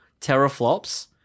teraflops